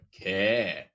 care